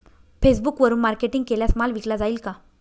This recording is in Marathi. फेसबुकवरुन मार्केटिंग केल्यास माल विकला जाईल का?